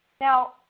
Now